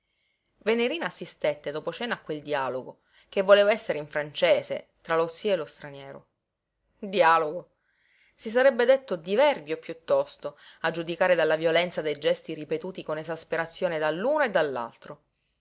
gronghi venerina assistette dopo cena a quel dialogo che voleva essere in francese tra lo zio e lo straniero dialogo si sarebbe detto diverbio piuttosto a giudicare dalla violenza dei gesti ripetuti con esasperazione dall'uno e